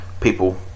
people